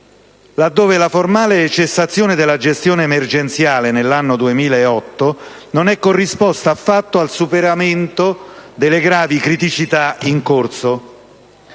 laddove la formale cessazione della gestione emergenziale nell'anno 2008 non ha corrisposto affatto al superamento delle gravi criticità in corso.